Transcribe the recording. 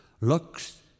looks